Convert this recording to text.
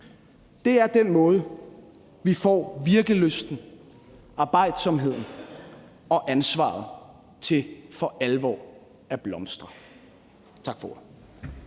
Det er på den måde, vi får virkelysten, arbejdsomheden og ansvaret til for alvor at blomstre. Tak for